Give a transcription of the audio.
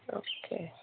okay